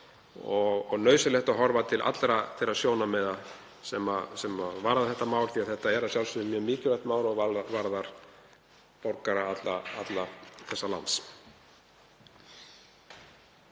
er nauðsynlegt að horfa til allra þeirra sjónarmiða sem varða málið því að þetta er að sjálfsögðu mjög mikilvægt mál og varðar alla borgara þessa lands.